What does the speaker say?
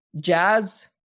Jazz